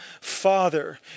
Father